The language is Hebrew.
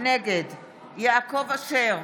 נגד יעקב אשר,